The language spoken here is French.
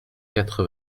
quatre